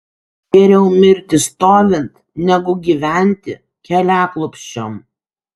geriau mirti stovint negu gyventi keliaklupsčiom